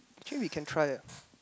actually we can try ah